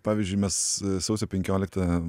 pavyzdžiui mes sausio penkioliktą